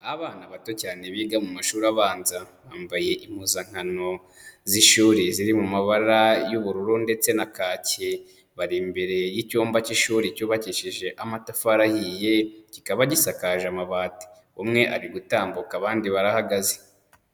Abana bato cyane biga mu mashuri abanza, bambaye impuzankano z'ishuri ziri mu mabara y'ubururu ndetse na kaki, bari imbere y'icyumba cy'ishuri cyubakishije amatafari ahiye, kikaba gisakaje amabati, umwe ari gutambuka abandi barahagaze.